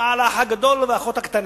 על "האח הגדול" והאחות הקטנה,